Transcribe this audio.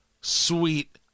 sweet